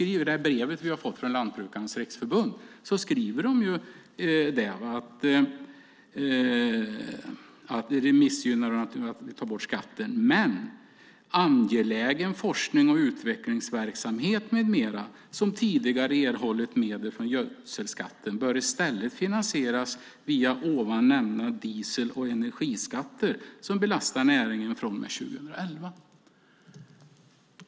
I det brev vi har fått från Lantbrukarnas Riksförbund skriver de att det missgynnar dem att vi tar bort skatten. Sedan skriver de: Men angelägen forsknings och utvecklingsverksamhet med mera som tidigare erhållit medel från gödselskatten bör i stället finansieras via ovan nämnda diesel och energiskatter som belastar näringen från och med 2011.